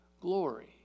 glory